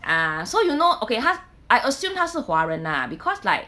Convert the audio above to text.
ah so you know okay 她 I assume 她是华人 lah because like